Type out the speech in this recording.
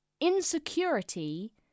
Insecurity